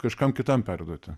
kažkam kitam perduoti